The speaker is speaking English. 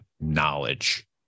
knowledge